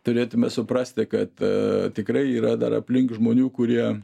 turėtume suprasti kad tikrai yra dar aplink žmonių kurie